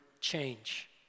change